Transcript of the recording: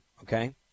okay